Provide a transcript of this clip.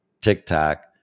TikTok